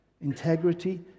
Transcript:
integrity